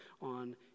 on